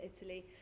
Italy